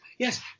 Yes